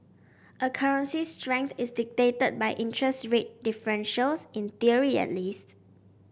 a currency's strength is dictated by interest rate differentials in theory at least